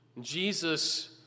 jesus